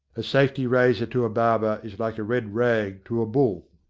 a safety razor to a barber is like a red rag to a bull.